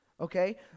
Okay